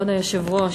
כבוד היושב-ראש,